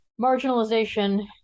marginalization